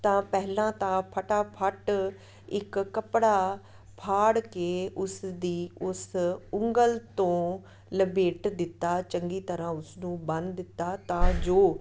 ਤਾਂ ਪਹਿਲਾਂ ਤਾਂ ਫਟਾਫਟ ਇੱਕ ਕੱਪੜਾ ਫਾੜ ਕੇ ਉਸ ਦੀ ਉਸ ਉਂਗਲ ਤੋਂ ਲਪੇਟ ਦਿੱਤਾ ਚੰਗੀ ਤਰ੍ਹਾਂ ਉਸਨੂੰ ਬੰਨ ਦਿੱਤਾ ਤਾਂ ਜੋ